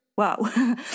Wow